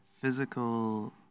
Physical